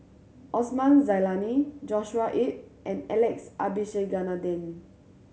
Osman Zailani Joshua Ip and Alex Abisheganaden